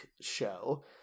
show